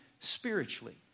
Spiritually